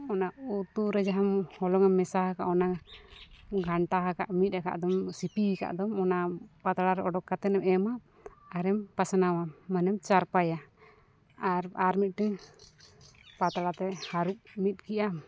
ᱚᱱᱟ ᱩᱛᱩᱨᱮ ᱡᱟᱦᱟᱸ ᱦᱚᱞᱚᱝ ᱮᱢ ᱢᱮᱥᱟ ᱟᱠᱟᱫᱟ ᱚᱱᱟ ᱜᱷᱟᱱᱴᱟ ᱟᱠᱟᱫ ᱢᱤᱫ ᱟᱠᱟᱫ ᱫᱚᱢ ᱥᱤᱯᱤᱭᱟᱠᱟᱫ ᱫᱚᱢ ᱚᱱᱟ ᱯᱟᱛᱲᱟᱨᱮ ᱚᱰᱳᱠ ᱠᱟᱛᱮᱫ ᱮᱢ ᱮᱢᱟ ᱟᱨᱮᱢ ᱯᱟᱥᱱᱟᱣᱟ ᱢᱟᱱᱮᱢ ᱪᱟᱨᱯᱟᱭᱟ ᱟᱨ ᱟᱨ ᱢᱤᱫᱴᱤᱱ ᱯᱟᱛᱲᱟᱛᱮ ᱦᱟᱹᱨᱩᱯ ᱢᱤᱫ ᱠᱮᱫᱟᱢ